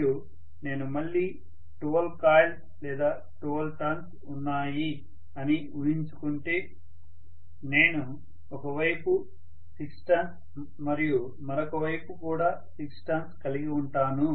మరియు నేను మళ్ళీ 12 కాయిల్స్ లేదా 12 టర్న్స్ ఉన్నాయి అని ఊహించుకుంటే నేను ఒక వైపు 6 టర్న్స్ మరియు మరొక వైపు కూడా 6 టర్న్స్ కలిగి ఉంటాను